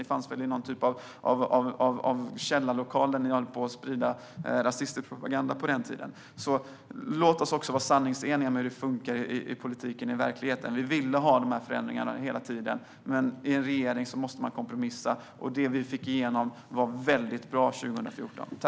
Ni fanns väl i någon typ av källarlokal och spred rasistisk propaganda på den tiden. Låt oss vara sanningsenliga med hur det funkar i politiken i verkligheten. Vi ville ha de här förändringarna hela tiden. Men i en regering måste man kompromissa, och det vi fick igenom 2014 var väldigt bra.